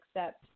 accept